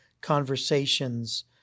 conversations